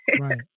Right